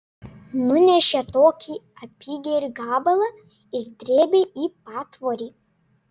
nunešė tokį apygerį gabalą ir drėbė į patvorį